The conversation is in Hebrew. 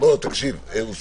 בוא, תקשיב, אוסאמה?